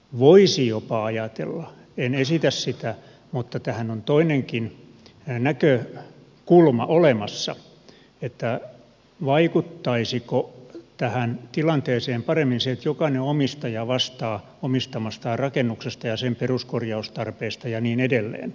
voisi jopa ajatella en esitä sitä mutta tähän on toinenkin näkökulma olemassa että vaikuttaisiko tähän tilanteeseen paremmin se että jokainen omistaja vastaa omistamastaan rakennuksesta ja sen peruskorjaustarpeesta ja niin edelleen